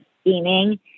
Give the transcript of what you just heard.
steaming